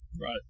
Right